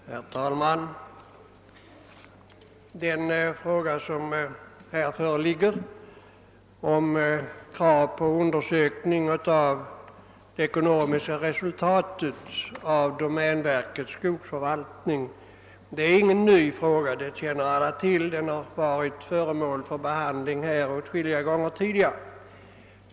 Herr talman! Den fråga om krav på undersökning av det ekonomiska resultatet av domänverkets skogsförvaltning som nu föreligger till behandling är ingen ny fråga. Det känner alla till. Den har varit föremål för behandling här åtskilliga gånger tidigare.